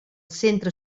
centre